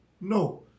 No